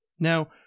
Now